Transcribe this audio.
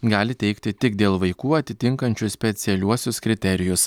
gali teikti tik dėl vaikų atitinkančių specialiuosius kriterijus